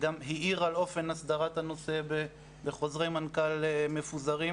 שהאירה על אופן הסדרת הנושא בחוזרי מנכ"ל מפוזרים,